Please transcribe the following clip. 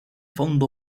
fondo